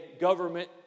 government